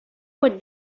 what